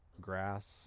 grass